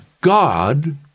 God